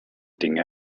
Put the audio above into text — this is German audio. dinge